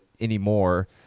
anymore